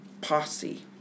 posse